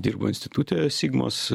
dirbo institute sigmos